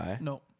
No